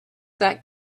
that